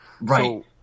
right